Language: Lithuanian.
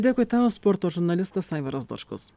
dėkui tau sporto žurnalistas aivaras dočkus